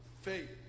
Faith